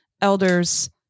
elders